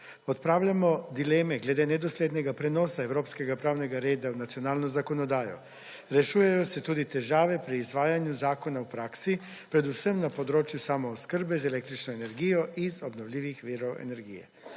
odpravljamo dileme glede nedoslednega prenosa evropskega pravnega reda v nacionalno zakonodajo. Rešujejo se tudi težave pri izvajanju zakona v praksi predvsem na področju samooskrbe z električno energijo iz obnovljivih virov energije.